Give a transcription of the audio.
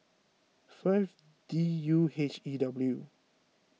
five D U H E W